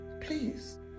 Please